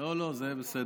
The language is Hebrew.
לא, לא, זה בסדר.